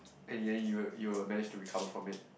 and then you will you will manage to recover from it